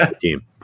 team